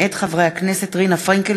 מאת חברי הכנסת חנא סוייד,